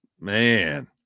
man